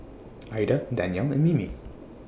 Aida Danielle and Mimi